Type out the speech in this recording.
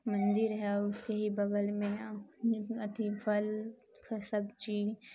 مندر ہے اور اس کے ہی بغل میں ہے آدی پھل کا سبزی